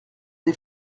des